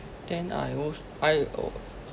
then I al~ I oh